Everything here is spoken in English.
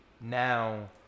now